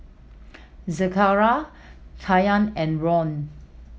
Zechariah Kanye and Ron